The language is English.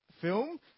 film